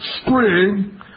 spring